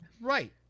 Right